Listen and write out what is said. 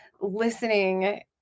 listening